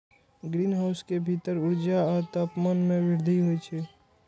greenhouse के भीतर ऊर्जा आ तापमान मे वृद्धि होइ छै